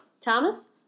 thomas